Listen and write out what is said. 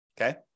Okay